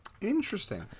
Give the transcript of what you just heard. Interesting